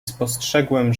spostrzegłem